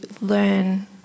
learn